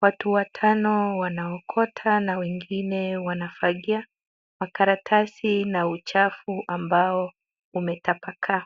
Watu watano wanaokota na wengine wanafagia, karatasi na uchafu ambao umetapakaa.